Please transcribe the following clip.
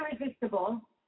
irresistible